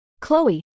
Chloe